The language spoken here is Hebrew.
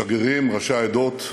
שגרירים, ראשי עדות,